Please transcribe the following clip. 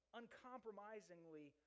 uncompromisingly